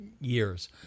years